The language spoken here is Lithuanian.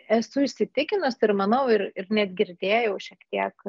esu įsitikinusi ir manau ir net girdėjau šiek tiek